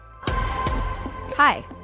Hi